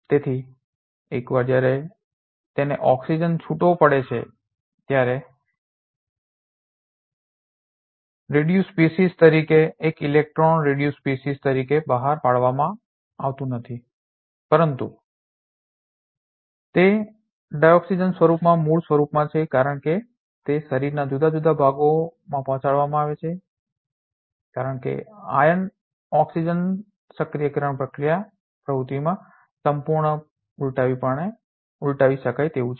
તેથી એકવાર જ્યારે તેને ઓક્સિજન છુટ્ટો પડે છે ત્યારે તે રિડયુસસ્પીશિસ તરીકે એક ઇલેક્ટ્રોન રિડયુસસ્પીશિસ તરીકે બહાર પાડવામાં આવતું નથી પરંતુ તે ડાયોક્સિજન સ્વરૂપમાં મૂળ સ્વરૂપમાં છે કારણ કે તે શરીરના જુદા જુદા ભાગોમાં પહોંચાડવામાં આવે છે કારણ કે આયર્ન ઓક્સિજન સક્રિયકરણ પ્રક્રિયા પ્રકૃતિમાં સંપૂર્ણપણે ઉલટાવી શકાય તેવું છે